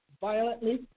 violently